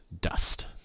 dust